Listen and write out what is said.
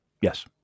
Yes